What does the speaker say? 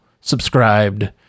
subscribed